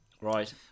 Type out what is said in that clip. Right